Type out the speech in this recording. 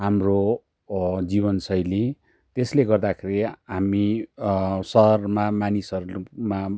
हाम्रो जीवन शैली त्यसले गर्दाखेरि हामी सहरमा मानिसहरूमा